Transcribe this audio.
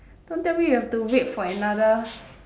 don't tell me we have to wait for another